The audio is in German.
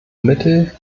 mittel